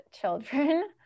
children